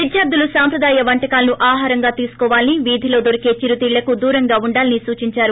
విద్యార్ధులు సాంప్రదాయ వంటకాలను ఆహారంగా తీసుకోవాలని వీధిలో దొరికే చిరుతిళ్ళకు దూరంగా ఉండాలని సూచించారు